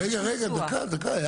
רגע, דקה, דקה.